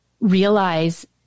realize